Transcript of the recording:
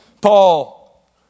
Paul